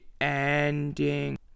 ending